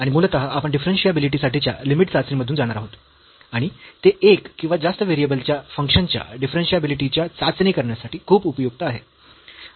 आणि मूलतः आपण डिफरन्शियाबिलिटी साठीच्या लिमिट चाचणी मधून जाणार आहोत आणि ते एक किंवा जास्त व्हेरिएबल च्या फंक्शन च्या डिफरन्शियाबिलिटीची चाचणी करण्यासाठी खूप उपयुक्त आहे